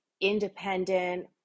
independent